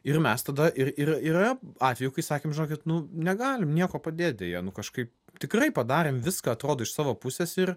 ir mes tada ir ir yra atvejų kai sakėm žinokit nu negalime nieko padėt deja nu kažkaip tikrai padarėm viską atrodo iš savo pusės ir